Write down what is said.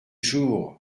jour